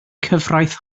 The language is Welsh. cyfraith